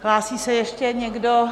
Hlásí se ještě někdo?